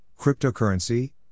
cryptocurrency